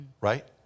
right